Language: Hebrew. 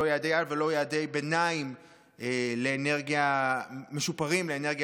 לא יעדי-על ולא יעדי ביניים משופרים לאנרגיה